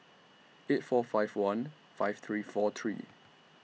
eight four five one five three four three